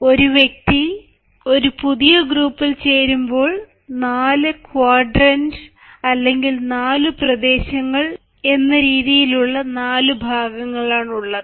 ഒരു വ്യക്തി ഒരു പുതിയ ഗ്രൂപ്പിൽ ചേരുമ്പോൾ 4 ക്വാഡ്രന്റ് അല്ലെങ്കിൽ 4 പ്രദേശങ്ങള് എന്ന രീതിയിലുള്ള നാല് ഭാഗങ്ങളാണുള്ളത്